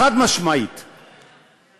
חבר הכנסת חיים ילין, בבקשה.